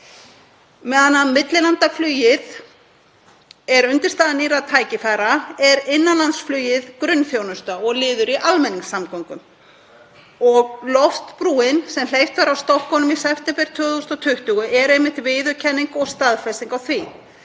Meðan millilandaflugið er undirstaða nýrra tækifæra er innanlandsflugið grunnþjónusta og liður í almenningssamgöngum. Loftbrúin, sem hleypt var af stokkunum í september 2020, er einmitt viðurkenning og staðfesting á því.